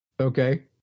Okay